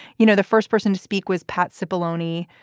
you know, the first person to speak was patz's boloney.